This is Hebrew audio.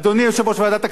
אדוני יושב-ראש ועדת הכספים,